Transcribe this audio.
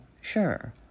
sure